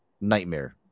nightmare